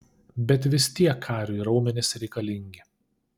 bet vis tiek kariui raumenys reikalingi